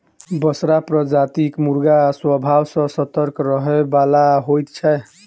बसरा प्रजातिक मुर्गा स्वभाव सॅ सतर्क रहयबला होइत छै